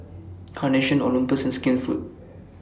Carnation Olympus and Skinfood